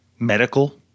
Medical